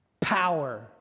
power